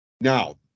Now